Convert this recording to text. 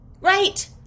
Right